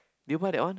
did you buy that one